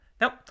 Nope